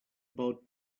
about